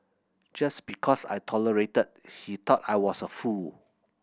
just because I tolerated he thought I was a fool